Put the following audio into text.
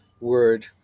word